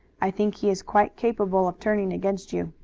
i think he is quite capable of turning against you.